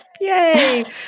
Yay